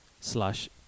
slash